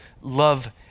love